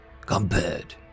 compared